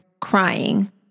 crying